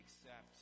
accept